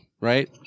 right